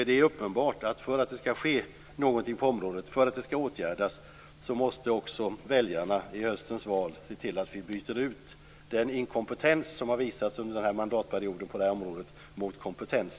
Det är uppenbart att det för att något skall ske på området och för att detta skall åtgärdas måste också väljarna i höstens val se till att vi byter ut den inkompetens som har visats under denna mandatperiod på detta område mot kompetens.